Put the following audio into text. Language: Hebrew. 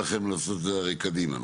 הכוונה שלכם היא לעשות את זה הרי קדימה,